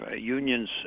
Unions